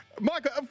Michael